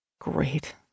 Great